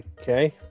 Okay